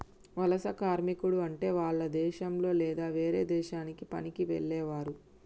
వలస కార్మికుడు అంటే వాల్ల దేశంలొ లేదా వేరే దేశానికి పనికి వెళ్లేవారు